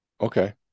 Okay